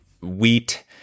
Wheat